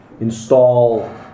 install